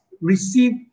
receive